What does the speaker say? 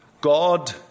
God